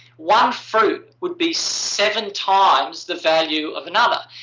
one fruit would be seven times the value of another.